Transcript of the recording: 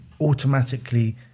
automatically